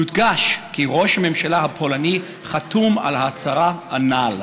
יודגש כי ראש הממשלה הפולני חתום על ההצהרה הנ"ל.